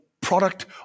product